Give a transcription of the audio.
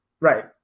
Right